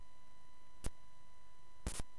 ומצפצף.